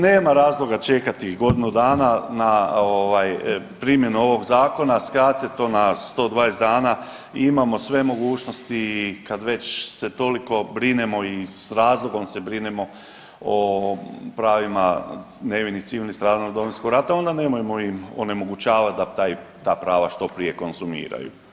Nema razloga čekati godinu dana na ovaj primjenu ovog Zakona, skratite to na 120 dana, imamo sve mogućnosti kad već se toliko brinemo i s razlogom se brinemo o pravima nevinih civilnih stradalnika Domovinskog rada, onda nemojmo im onemogućavati da ta prava što prije konzumiraju.